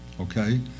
okay